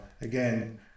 again